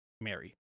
Mary